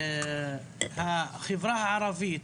ועתיד החברה הערבית,